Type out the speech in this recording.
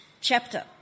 chapter